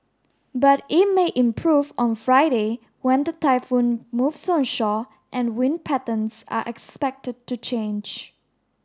but it may improve on Friday when the typhoon moves onshore and wind patterns are expected to change